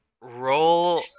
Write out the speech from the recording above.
roll